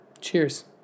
Cheers